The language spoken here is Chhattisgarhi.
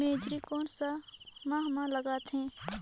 मेझरी कोन सा माह मां लगथे